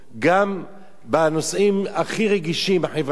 גם בנושאים הכי רגישים, החברתיים,